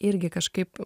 irgi kažkaip